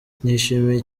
nishimiye